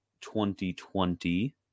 2020